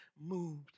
moved